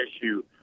issue